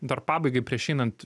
dar pabaigai prieš einant